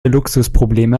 luxusprobleme